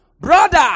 Brother